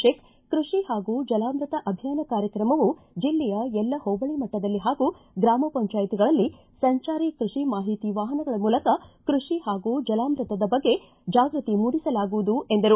ಶೇಖ್ ಕೃಷಿ ಹಾಗೂ ಜಲಾಮೃತ ಅಭಿಯಾನ ಕಾರ್ಯಕ್ರಮವು ಜಿಲ್ಲೆಯ ಎಲ್ಲಾ ಹೋಬಳಿ ಮಟ್ಟದಲ್ಲಿ ಹಾಗೂ ಗಾಮ ಪಂಚಾಯತಿಗಳಲ್ಲಿ ಸಂಚಾರಿ ಕೃಷಿ ಮಾಹಿತಿ ವಾಹನಗಳ ಮೂಲಕ ಕೃಷಿ ಹಾಗೂ ಜಲಾಮೃತದ ಬಗ್ಗೆ ಜಾಗೃತಿ ಮೂಡಿಸಲಾಗುವುದು ಎಂದರು